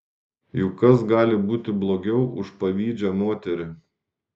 juk kas gali būti blogiau už pavydžią moterį